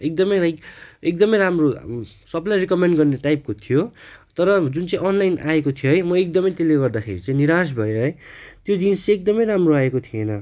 एकदमै लाइक एकदमै राम्रो सबलाई रिकमेन्ड गर्ने टाइपको थियो तर जुन चाहिँ अनलाइन आएको थियो है म एकदमै त्यसले गर्दाखेरि चाहिँ निराश भए है त्यो जिन्स चाहिँ एकदमै राम्रो आएको थिएन